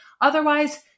Otherwise